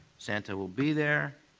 santa will be there,